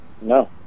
No